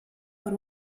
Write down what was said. per